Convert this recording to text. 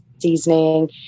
seasoning